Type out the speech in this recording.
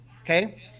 Okay